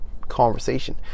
conversation